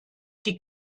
die